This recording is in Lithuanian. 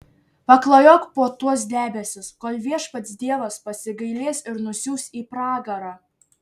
paklajok po tuos debesis kol viešpats dievas pasigailės ir nusiųs į pragarą